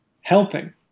helping